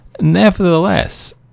Nevertheless